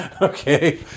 Okay